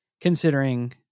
considering